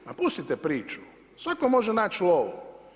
Ma pustite priču, svako može naći lovu.